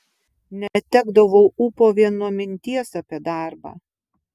netekdavau ūpo vien nuo minties apie darbą